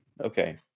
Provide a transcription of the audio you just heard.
Okay